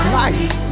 life